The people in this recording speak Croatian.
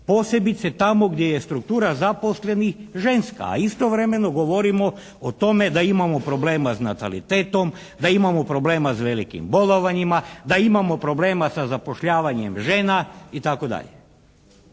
posebice tamo gdje je struktura zaposlenih ženska, a istovremeno govorimo o tome da imamo problema s natalitetom, da imamo problema s velikim bolovanjima, da imamo problema sa zapošljavanjem žena itd.